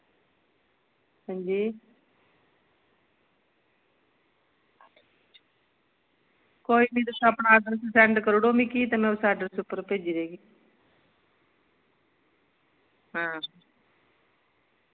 हां जी कोई निं तुस अपना आर्डर सैंड करी ओड़ो मिगी ते में उस आर्डर उप्पर भेज्जी देगी हां